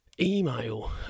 email